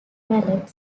ballet